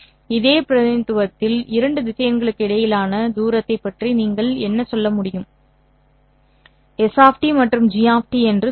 இதே பிரதிநிதித்துவத்தில் இரண்டு திசையன்களுக்கு இடையிலான தூரத்தைப் பற்றி நீங்கள் என்ன சொல்ல முடியும் S மற்றும் G என்று சொல்லுங்கள்